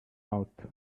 out